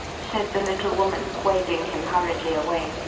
said the little woman, waving him hurriedly away.